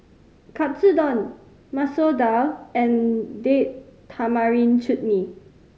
Katsudon Masoor Dal and Date Tamarind Chutney